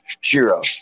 Shiro